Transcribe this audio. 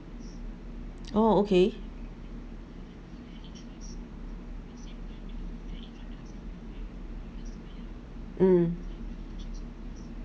oh okay mm